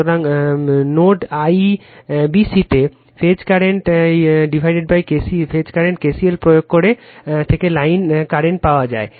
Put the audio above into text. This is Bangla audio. সুতরাং নোড IBC তে ফেজ কারেন্ট KCL প্রয়োগ করা থেকে লাইন স্রোত পাওয়া যায়